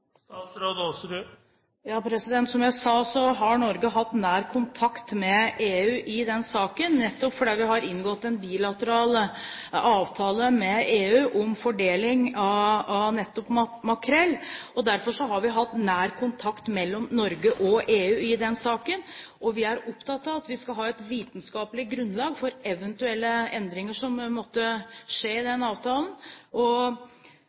Som jeg sa, har Norge hatt nær kontakt med EU i den saken, nettopp fordi vi har inngått en bilateral avtale med EU om fordeling av nettopp makrell. Derfor har det vært nær kontakt mellom Norge og EU i denne saken. Vi er opptatt av at vi skal ha et vitenskapelig grunnlag for eventuelle endringer i avtalen. I disse dager pågår det forhandlinger, og